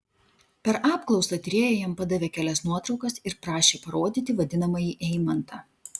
per apklausą tyrėja jam padavė kelias nuotraukas ir prašė parodyti vadinamąjį eimantą